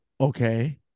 okay